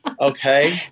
Okay